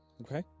Okay